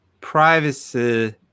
privacy